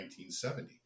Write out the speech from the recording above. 1970